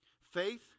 Faith